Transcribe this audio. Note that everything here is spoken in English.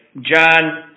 John